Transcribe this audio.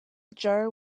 jar